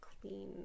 clean